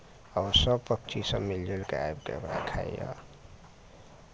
आओर सभ पक्षीसभ मिलि जुलि कऽ आबि कऽ ओकरा खाइए